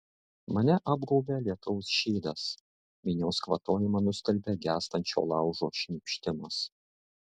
mane apgaubia lietaus šydas minios kvatojimą nustelbia gęstančio laužo šnypštimas